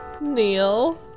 Neil